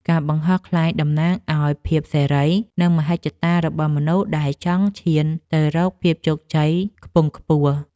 ការបង្ហោះខ្លែងតំណាងឱ្យភាពសេរី និងមហិច្ឆតារបស់មនុស្សដែលចង់ឈានទៅរកភាពជោគជ័យខ្ពង់ខ្ពស់។